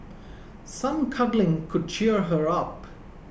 some cuddling could cheer her up